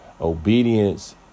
obedience